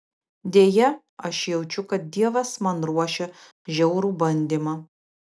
deja aš jaučiu kad dievas man ruošia žiaurų bandymą